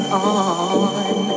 on